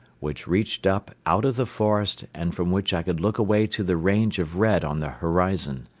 which reached up out of the forest and from which i could look away to the range of red on the horizon.